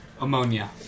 Ammonia